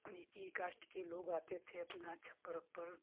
नीची कास्ट के लोग आते थे अपना छप्पर वप्पर